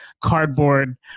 cardboard